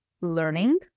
learning